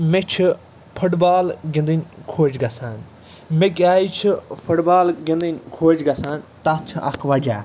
مےٚ چھِ football گِنٛدٕنۍ خۄش گژھان مےٚ کیٛازِ چھِ فُٹ بال گِنٛدٕنۍ خۄش گژھان تَتھ چھِ اَکھ وجہ